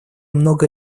много